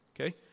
okay